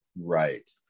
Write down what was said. Right